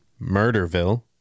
Murderville